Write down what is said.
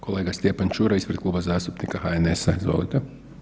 kolega Stjepan Čuraj ispred Kluba zastupnika HNS-a, izvolite.